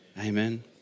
Amen